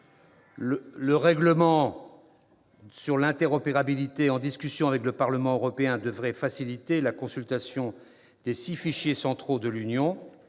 Le règlement sur l'interopérabilité, en discussion avec le Parlement européen, devrait faciliter la consultation des six fichiers centraux de l'Union